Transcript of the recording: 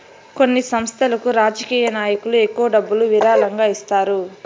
కొన్ని సంస్థలకు రాజకీయ నాయకులు ఎక్కువ డబ్బులు విరాళంగా ఇస్తారు